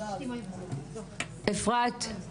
אפרת, תודה.